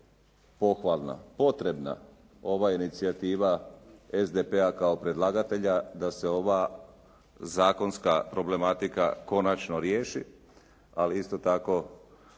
pohvalna, potrebna ova inicijativa SDP-a kao predlagatelja da se ova zakonska problematika konačno riješi, ali isto tako